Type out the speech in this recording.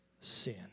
sin